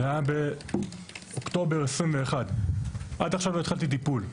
זה היה באוקטובר 2021. עד עכשיו לא התחלתי טיפול.